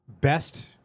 best